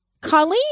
colleen